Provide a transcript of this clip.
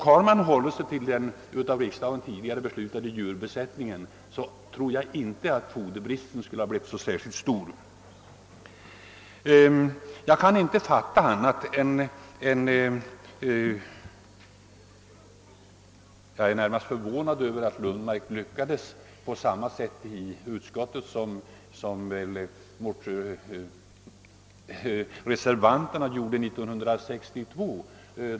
Hade man hållit sig till den av riksdagen tidigare beslutade djurbesättningen, tror jag inte foderbristen skulle blivit särskilt stor. Jag är närmast förvånad över att herr Lundmark lyckades i utskottet göra detsamma som reservanterna gjorde 1962.